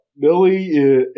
Billy